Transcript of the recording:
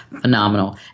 phenomenal